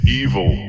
evil